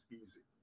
easy